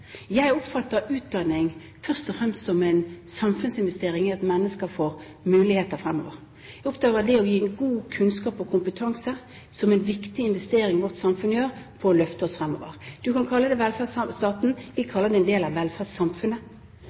Jeg oppfatter utdanning først og fremst som en samfunnsinvestering i at mennesker får muligheter fremover. Jeg oppfatter det å gi god kunnskap og kompetanse som en viktig investering vårt samfunn gjør for å løfte oss fremover. Du kan kalle det velferdsstaten, vi kaller det en del av velferdssamfunnet.